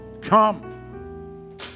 come